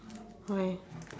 why